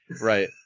right